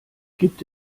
gibt